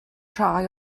rhai